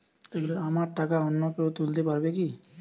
আমার টাকা অন্য কেউ তুলতে পারবে কি?